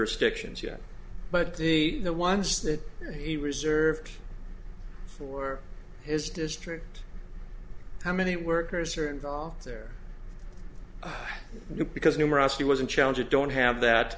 dictions yet but the the ones that he reserved for his district how many workers are involved there because numerosity wasn't challenge it don't have that